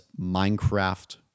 Minecraft